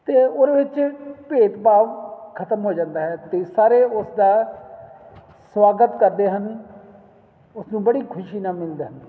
ਅਤੇ ਉਹਦੇ ਵਿੱਚ ਭੇਦ ਭਾਵ ਖਤਮ ਹੋ ਜਾਂਦਾ ਹੈ ਅਤੇ ਸਾਰੇ ਉਸ ਦਾ ਸਵਾਗਤ ਕਰਦੇ ਹਨ ਉਸਨੂੰ ਬੜੀ ਖੁਸ਼ੀ ਨਾਲ ਮਿਲਦਾ